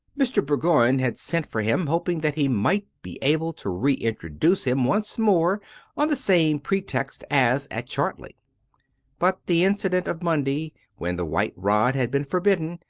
mr. bourgoign had sent for him, hoping that he might be able to re introduce him once more on the same pretext as at chartley but the incident of monday, when the white rod had been forbidden,